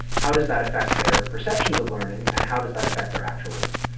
how does that affect their perceptions of learning, and how does that affect their actual learning?